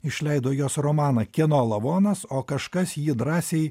išleido jos romaną kieno lavonas o kažkas jį drąsiai